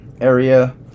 area